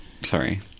sorry